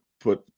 put